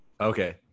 okay